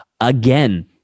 again